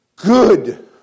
Good